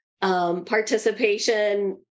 Participation